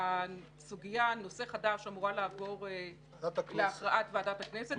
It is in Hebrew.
הסוגיה נושא חדש אמורה לעבור להכרעת ועדת הכנסת,